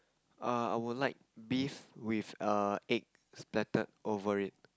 err I would like beef with err egg splattered over it